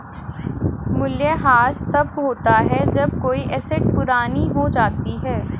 मूल्यह्रास तब होता है जब कोई एसेट पुरानी हो जाती है